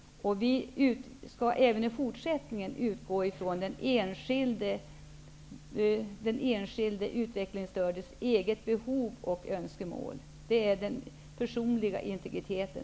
Vi skall även i fortsättningen utgå ifrån den enskilde utvecklingsstördes egna behov och önskemål. Vi skall skydda den personliga integriteten.